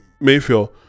Mayfield